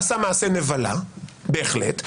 עשה מעשה נבלה בהחלט,